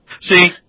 See